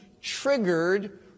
triggered